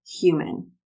human